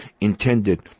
intended